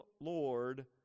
lord